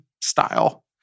style